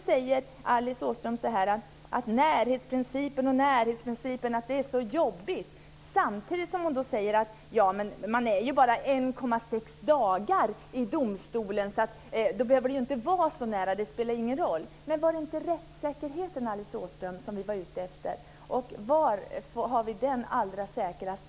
Men Alice Åström säger att närhetsprincipen är så jobbig, samtidigt som hon säger att man bara befinner sig vid domstolen i 1,6 dagar. Då behöver den inte ligga så nära, det spelar ingen roll. Men var det inte rättssäkerheten, Alice Åström, som vi var ute efter? Och var har vi den högsta rättssäkerheten?